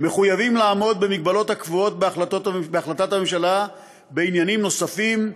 מחויבים לעמוד במגבלות הקבועות בהחלטת הממשלה בעניינים נוספים,